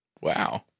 Wow